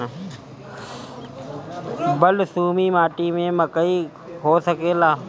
बलसूमी माटी में मकई हो सकेला?